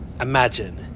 Imagine